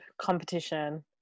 competition